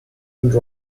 and